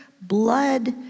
blood